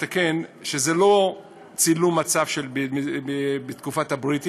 הצעת החוק שבנדון באה לבטל את סמכותו של שר הפנים